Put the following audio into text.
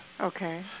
Okay